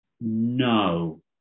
no